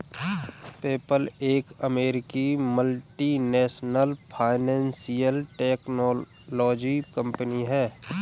PayPal एक अमेरिकी multinational financial technology company है